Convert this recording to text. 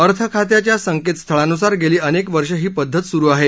अर्थ खात्याच्या संकेत स्थळानुसार गेली अनेक वर्षे ही पद्धत सुरु आहे